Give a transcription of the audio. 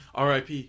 RIP